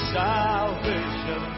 salvation